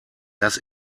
das